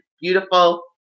beautiful